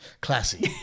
Classy